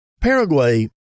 Paraguay